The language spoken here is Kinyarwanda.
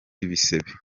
ibisebe